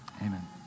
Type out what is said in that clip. amen